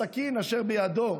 בסכין אשר בידו,